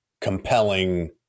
compelling